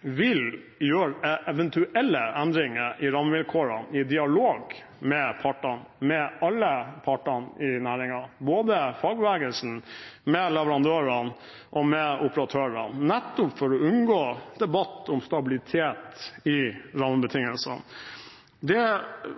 vil gjøre eventuelle endringer i rammevilkårene i dialog med partene – med alle partene i næringen, både fagbevegelsen, leverandørene og operatørene, nettopp for å unngå debatt om stabilitet i rammebetingelsene. Det